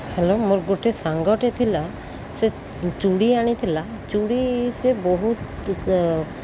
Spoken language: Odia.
ହ୍ୟାଲୋ ମୋର ଗୋଟେ ସାଙ୍ଗଟେ ଥିଲା ସେ ଚୁଡ଼ି ଆଣିଥିଲା ଚୁଡ଼ି ସେ ବହୁତ